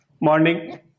morning